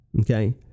Okay